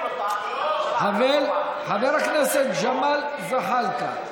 חבר הכנסת ג'מאל זחאלקה.